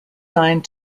signed